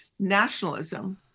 Nationalism